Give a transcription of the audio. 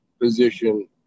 position